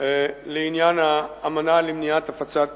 לעניין האמנה למניעת הפצת